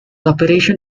operation